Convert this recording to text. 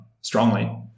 strongly